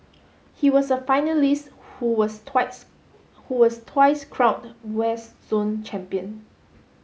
he was a finalist who was twice who was twice crowned West Zone champion